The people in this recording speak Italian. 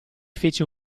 fece